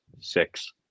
Six